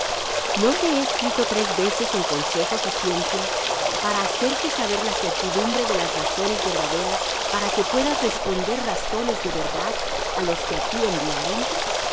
no te he escrito tres veces en consejos y ciencia para hacerte saber la certidumbre de las razones verdaderas para que puedas responder razones de verdad á los que